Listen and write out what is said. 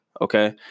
okay